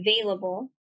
available